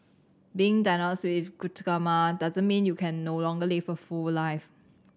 being diagnosed with glaucoma doesn't mean you can no longer live a full life